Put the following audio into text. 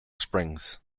springs